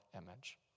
image